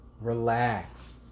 relax